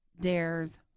dares